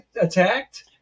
attacked